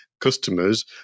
customers